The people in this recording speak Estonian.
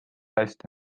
eest